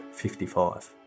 55